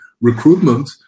recruitment